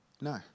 No